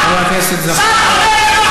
אדוני ישב, בבקשה.